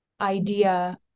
idea